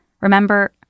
Remember